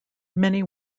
many